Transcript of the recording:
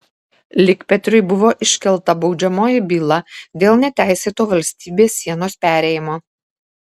likpetriui buvo iškelta baudžiamoji byla dėl neteisėto valstybės sienos perėjimo